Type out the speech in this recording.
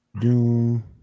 Doom